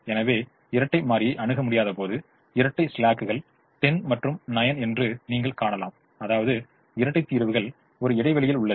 எனவே இரட்டை மாறியை அணுக முடியாதபோது இரட்டை ஸ்லாக்குகள் 10 மற்றும் 9 என்று நீங்கள் காணலாம் அதாவது இரட்டை தீர்வுகள் ஒரு இடைவெளி யில் உள்ளது